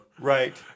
Right